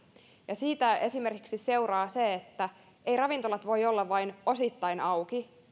ja siitä seuraa esimerkiksi se että ravintolat eivät voi olla vain osittain auki